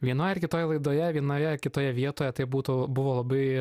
vienoj ar kitoj laidoje vienoje kitoje vietoje tai būtų buvo labai